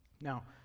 Now